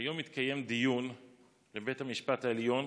היום התקיים דיון בבית המשפט העליון